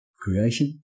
creation